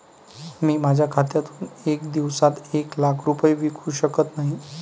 मी माझ्या खात्यातून एका दिवसात एक लाख रुपये विकू शकत नाही